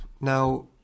Now